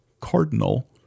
Cardinal